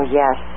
yes